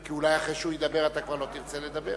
כי אולי אחרי שהוא ידבר אתה כבר לא תרצה לדבר.